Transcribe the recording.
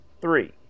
three